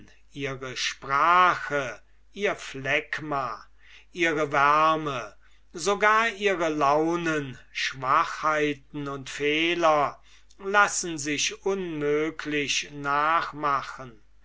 ihre sprache ihr phlegma ihre wärme sogar ihre launen schwachheiten und fehler lassen sich unmöglich nachmachen